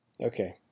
Okay